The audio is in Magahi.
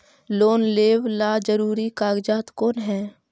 लोन लेब ला जरूरी कागजात कोन है?